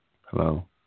Hello